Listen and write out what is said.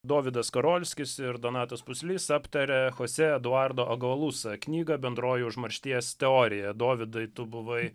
dovydas skarolskis ir donatas puslys aptaria chose eduardo agalusa knygą bendroji užmaršties teorija dovydai tu buvai